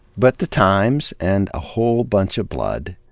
but the times, and a whole bunch of blood,